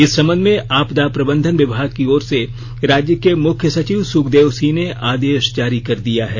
इस संबंध में आपदा प्रबंधन विभाग की ओर से राज्य के मुख्य सचिव सुखदेव सिंह ने आदेश जारी कर दिया है